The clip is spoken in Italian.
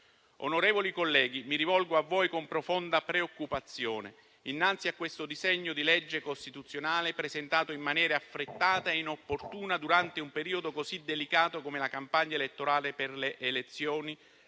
Onorevoli colleghi, mi rivolgo a voi con profonda preoccupazione, innanzi a questo disegno di legge costituzionale presentato in maniera affrettata e inopportuna, durante un periodo così delicato come la campagna elettorale per le elezioni